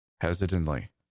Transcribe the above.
Hesitantly